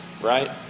right